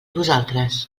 vosaltres